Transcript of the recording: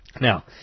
Now